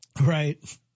Right